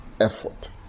effort